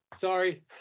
Sorry